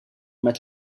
met